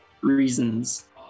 reasons